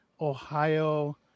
Ohio